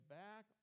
back